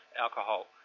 alcohol